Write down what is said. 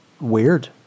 weird